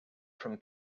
from